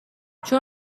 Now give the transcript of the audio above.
چون